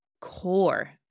core